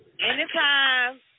anytime